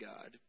God